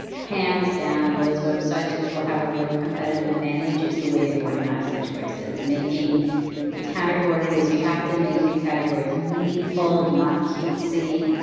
hands down, those websites which will have a real competitive advantage is the way they organize the choices, making the categories you have to make the categories and meaningful, not cutesy.